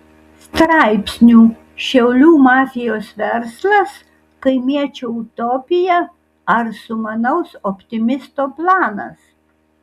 straipsnių šiaulių mafijos verslas kaimiečio utopija ar sumanaus optimisto planas